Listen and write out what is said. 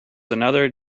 another